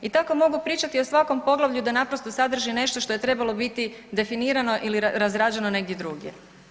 I tako mogu pričati o svakom poglavlju da naprosto sadrži nešto što je trebalo biti definirano ili razrađeno negdje drugdje.